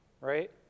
right